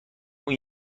اون